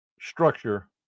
structure